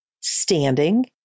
standing